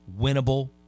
Winnable